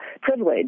privilege